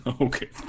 okay